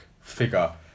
figure